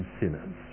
sinners